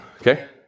okay